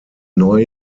neu